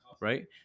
right